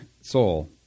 soul